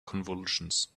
convulsions